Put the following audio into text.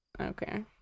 Okay